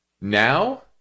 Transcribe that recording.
Now